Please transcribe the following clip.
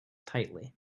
tightly